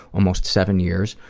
almost seven years.